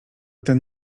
ten